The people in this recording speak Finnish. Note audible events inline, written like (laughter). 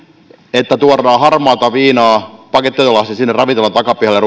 että tuodaan harmaata viinaa pakettiautolasti sinne ravintolan takapihalle (unintelligible)